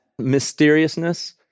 mysteriousness